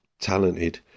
talented